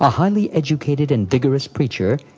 ah highly educated and vigorous preacher,